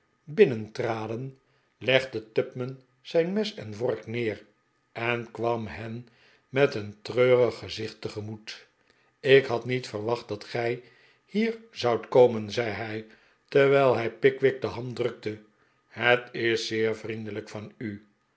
getupman zijn mes en vork neer en kwam hen met een treurig gezicht tegemoet ik had niet verwacht dat gij hier zoudt komen zei hij terwijl hij pickwick de hand drukte het is zeer vriendelijk van u